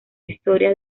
historia